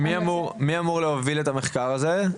מי אמור להוביל את המחקר הזה?